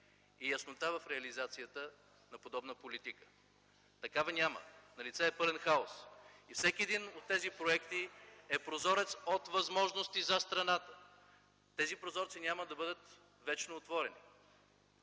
и яснота в реализацията на подобна политика. Такава няма. Налице е пълен хаос! (Реплика на Станислав Иванов). Всеки един от тези проекти е прозорец от възможности за страната. Тези прозорци няма да бъдат вечно отворени.